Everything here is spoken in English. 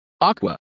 Aqua